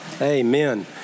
amen